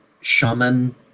shaman